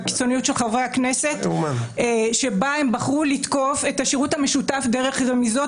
חברי כנסת שבה בחרו לתקוף את השירות המשותף דרך רמיזות